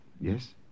Yes